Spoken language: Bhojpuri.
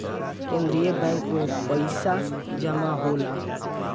केंद्रीय बैंक में पइसा जमा होला